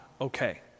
okay